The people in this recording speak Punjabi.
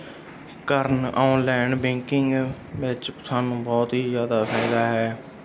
ਕਰਨ ਔਨਲਾਈਨ ਬੈਂਕਿੰਗ ਵਿੱਚ ਸਾਨੂੰ ਬਹੁਤ ਹੀ ਜ਼ਿਆਦਾ ਫਾਇਦਾ ਹੈ